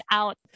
out